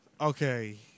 okay